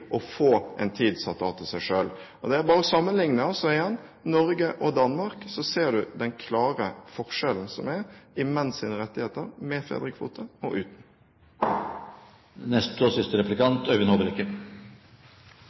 å få en tid satt av til seg selv. Det er bare å sammenligne – igjen – Norge og Danmark, så ser du den klare forskjellen som er i menns rettigheter, med fedrekvote og uten.